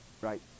Right